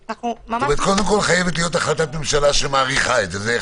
קודם כל חייבת להיות החלטת ממשלה שמאריכה את זה.